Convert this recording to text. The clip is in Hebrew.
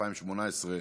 התשע"ח 2018,